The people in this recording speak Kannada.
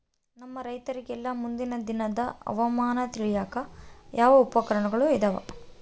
ನಮ್ಮ ರೈತರಿಗೆಲ್ಲಾ ಮುಂದಿನ ದಿನದ ಹವಾಮಾನ ತಿಳಿಯಾಕ ಯಾವ ಉಪಕರಣಗಳು ಇದಾವ?